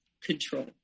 control